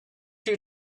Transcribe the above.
you